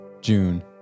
June